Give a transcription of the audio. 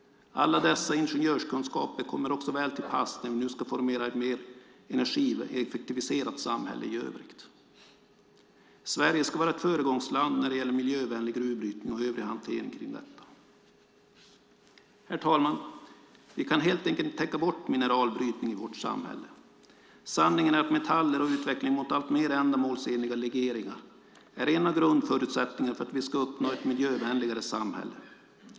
Alla dessa ingenjörskunskaper kommer också väl till pass när vi nu ska formera ett mer energieffektiviserat samhälle i övrigt. Sverige ska vara ett föregångsland när det gäller miljövänlig gruvbrytning och övrig hantering kring detta. Herr talman! Vi kan helt enkelt inte tänka bort mineralbrytning i vårt samhälle. Sanningen är att metaller och utvecklingen mot alltmer ändamålsenliga legeringar är en av grundförutsättningarna för att vi ska uppnå ett miljövänligare samhälle.